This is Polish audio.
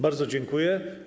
Bardzo dziękuję.